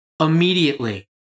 immediately